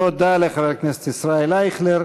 תודה לחבר הכנסת ישראל אייכלר,